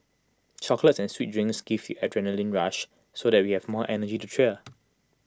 chocolates and sweet drinks gives the adrenaline rush so that we have more energy to cheer